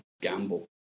gamble